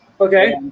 Okay